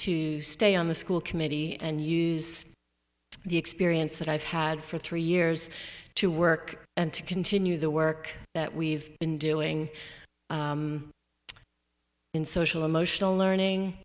to stay on the school committee and use the experience that i've had for three years to work and to continue the work that we've been doing in social emotional learning